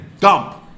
dump